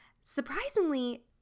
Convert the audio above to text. surprisingly